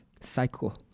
cycle